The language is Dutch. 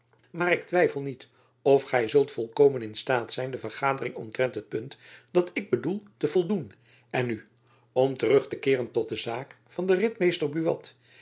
maar ik twijfel niet of gy zult volkomen in staat zijn de vergadering omtrent het punt dat ik bedoel te voldoen en nu om terug te keeren tot de zaak van den ritmeester buat